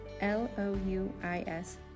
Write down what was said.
L-O-U-I-S